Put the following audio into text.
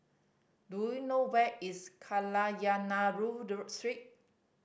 do you know where is Kadayanallur Street